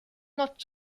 not